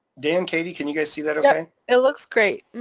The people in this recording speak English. dan, katie, can you guys see that okay? it looks great.